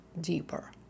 deeper